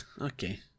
okay